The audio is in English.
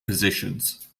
positions